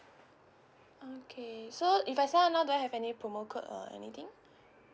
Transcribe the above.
okay so if I sign up now do I have any promo code or anything